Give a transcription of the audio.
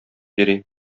йөри